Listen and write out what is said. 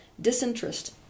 disinterest